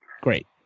Great